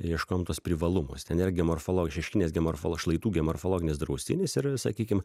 ieškojom tuos privalumus ten yra geomorfolo šeškinės geomorfolo šlaitų geomorfologinis draustinis ir sakykim